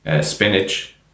Spinach